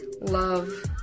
love